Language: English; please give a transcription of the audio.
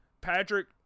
Patrick